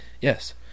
Yes